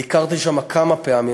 ביקרתי שם כמה פעמים,